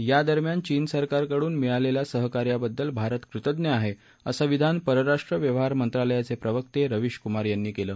यादरम्यान चीन सरकाराकडून मिळालेल्या सहकार्याबद्दल भारत कृतज्ञ आहे असं विधान परराष्ट्र व्यवहार मंत्रालयाचे प्रवक्ते रविश कुमार यांनी केलं